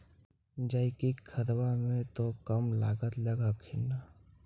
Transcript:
जैकिक खदबा मे तो कम लागत लग हखिन न?